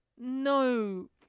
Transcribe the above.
no